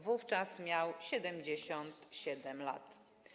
Wówczas miał 77 lat.